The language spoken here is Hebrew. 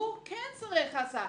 הוא כן צריך הסעה.